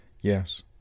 Yes